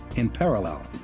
in parallel,